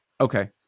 Okay